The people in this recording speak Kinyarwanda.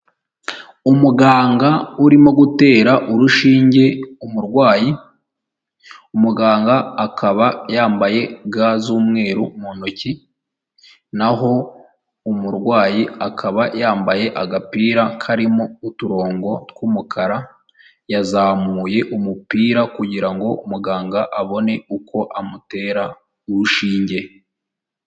Umuganga urimo gutera urushinge umurwayi, umuganga akaba yambaye ga z'umweru mu ntoki n'aho umurwayi akaba yambaye agapira karimo uturongo tw'umukara, yazamuye umupira kugira ngo muganga abone uko amutera urushinge.